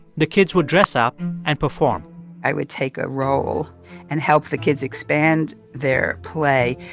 the kids would dress up and perform i would take a role and help the kids expand their play,